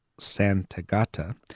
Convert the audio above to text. Santagata